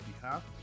behalf